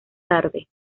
tarde